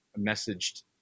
messaged